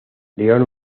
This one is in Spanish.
león